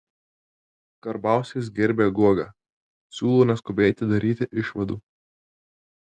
karbauskis gerbia guogą siūlo neskubėti daryti išvadų